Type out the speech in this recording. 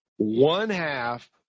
one-half